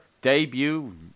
debut